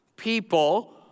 People